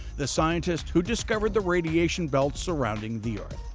the scientist who discovered the radiation belts surrounding the earth